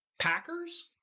Packers